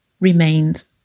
remains